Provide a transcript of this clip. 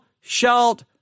shalt